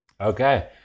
Okay